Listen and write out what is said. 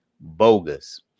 bogus